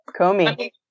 Comey